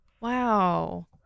Wow